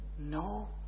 No